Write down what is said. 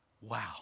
Wow